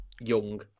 Young